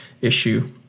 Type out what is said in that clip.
issue